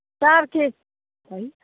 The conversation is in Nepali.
चार केजी है